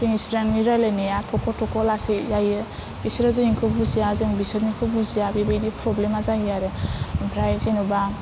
जोंनि चिरांनि रायलायनाया थख' थख' लासै जायो बिसोरो जोंनिखौ बुजिया जों बिसोरनिखौ बुजिया बेबायदि फ्रब्लेमा जायो आरो ओमफ्राय जेन'बा